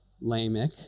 Lamech